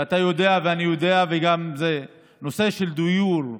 ואתה יודע ואני יודע שהנושא של דיור,